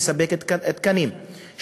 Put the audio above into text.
לספק תקנים,